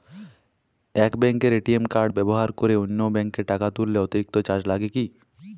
এক ব্যাঙ্কের ATM card ব্যবহার করে অন্য ব্যঙ্কে টাকা তুললে অতিরিক্ত চার্জ লাগে কি?